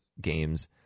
games